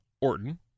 Orton